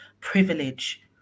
privilege